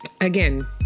again